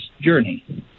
journey